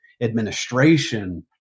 administration